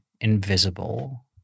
invisible